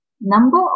number